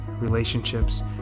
relationships